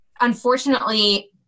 Unfortunately